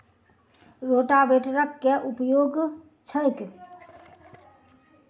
रोटावेटरक केँ उपयोग छैक?